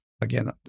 Again